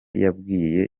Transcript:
yabwiye